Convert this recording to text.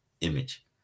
image